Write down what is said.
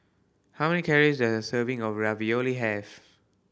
how many calories does a serving of Ravioli have